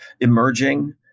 emerging